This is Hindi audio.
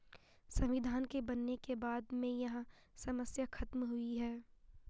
संविधान के बनने के बाद में यह समस्या खत्म हुई है